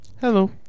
Hello